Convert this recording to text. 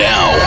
Now